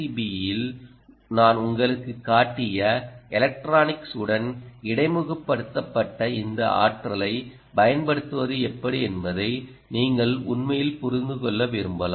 B யில் நான் உங்களுக்குக் காட்டிய எலக்ட்ரானிக்ஸ் உடன் இடைமுகப்படுத்த இந்த ஆற்றலைப் பயன்படுத்துவது எப்படி என்பதை நீங்கள் உண்மையில் புரிந்து கொள்ள விரும்பலாம்